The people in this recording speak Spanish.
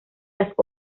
las